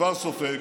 וכבר סופג,